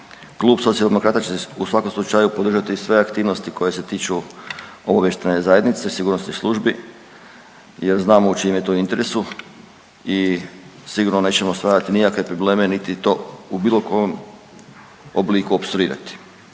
klub Socijaldemokrata će u svakom slučaju podržati sve aktivnosti koje se tiču obavještajne zajednice sigurnosnih službi jer znamo u čijem je to interesu i sigurno nećemo usvajati nikakve probleme niti to u bilo kom obliku opstruirati.